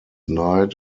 night